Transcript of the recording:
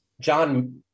John